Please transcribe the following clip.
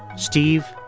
steve,